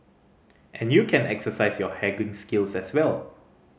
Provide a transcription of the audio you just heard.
and you can exercise your skills as well